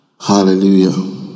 hallelujah